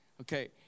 Okay